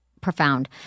profound